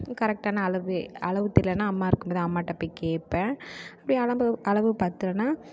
கரெக்டான அளவு அளவு தெரிலனா அம்மா இருக்கும் போது அம்மாகிட்ட போய் கேட்பேன் அப்படி அளம்பு அளவு பற்றலைன்னா